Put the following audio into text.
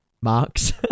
marks